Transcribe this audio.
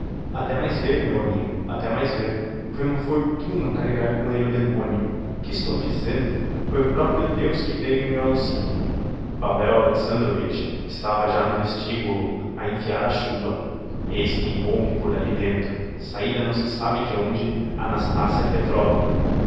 até mais ver meu amigo até mais ver foi uma fortuna carregar com elle o demonio que estou dizendo foi o proprio deus que veiu em meu auxilio pavel alexandrovitch estava já no vestibulo a enfiar a chuba eis que rompe por alli dentro saída não se sabe d'onde a nastassia petrovna